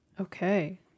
Okay